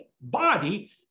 body